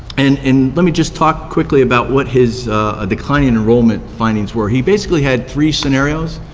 and and let me just talk quickly about what his ah declining enrollment findings were. he basically had three scenarios.